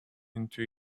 into